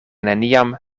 neniam